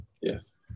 Yes